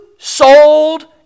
Sold